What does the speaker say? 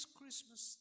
Christmas